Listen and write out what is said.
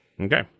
Okay